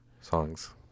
songs